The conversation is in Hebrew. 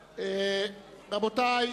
רבותי,